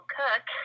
cook